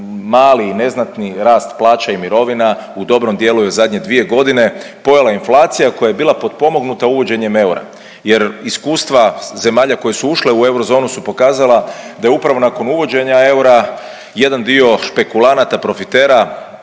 mali i neznatni rast plaća i mirovina u dobrom dijelu je zadnje dvije godine pojela inflacija koja je bila potpomognuta uvođenjem eura. Jer iskustva zemalja koje su ušle u eurozonu su pokazala da je upravo nakon uvođenja eura jedan dio špekulanata, profitera,